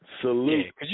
Salute